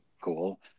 cool